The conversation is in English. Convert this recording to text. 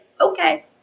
Okay